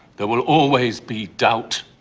there will always be doubt,